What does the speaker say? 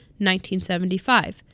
1975